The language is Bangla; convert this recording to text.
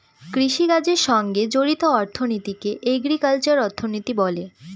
কৃষিকাজের সঙ্গে জড়িত অর্থনীতিকে এগ্রিকালচারাল অর্থনীতি বলে